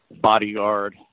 bodyguard